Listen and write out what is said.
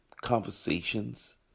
conversations